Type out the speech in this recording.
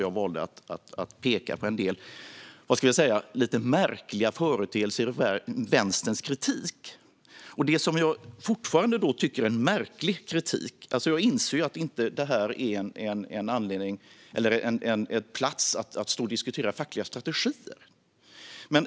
Jag valde där att i stället peka på en del lite märkliga företeelser i Vänsterns kritik. Jag inser att detta inte är en plats för att stå och diskutera fackliga strategier, men det finns fortfarande delar som jag tycker är märklig kritik.